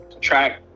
track